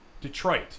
Detroit